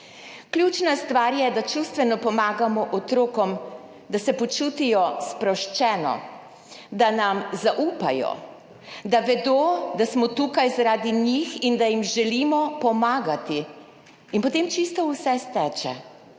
Ključna stvar je, da čustveno pomagamo otrokom, da se počutijo sproščeno, da nam zaupajo, da vedo, da smo tukaj zaradi njih in da jim želimo pomagati in potem čisto vse steče.